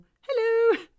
hello